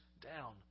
down